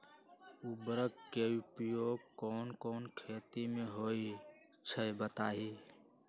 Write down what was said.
उर्वरक के उपयोग कौन कौन खेती मे होई छई बताई?